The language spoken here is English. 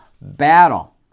battle